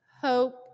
hope